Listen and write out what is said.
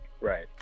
right